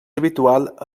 habitual